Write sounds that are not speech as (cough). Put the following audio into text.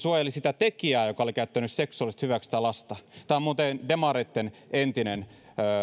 (unintelligible) suojeli tekijää joka oli käyttänyt seksuaalisesti hyväksi lasta on muuten demareitten entinen